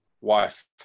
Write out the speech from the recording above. wife